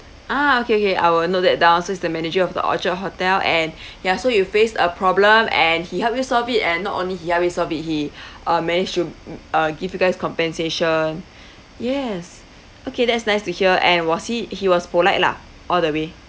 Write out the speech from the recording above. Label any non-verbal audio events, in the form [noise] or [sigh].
ah okay okay I will note that down so is the manager of the orchard hotel and ya so you faced a problem and he help you solve it and not only he help you solve it he [breath] uh managed to uh give you guys compensation yes okay that's nice to hear and was he he was polite lah all the way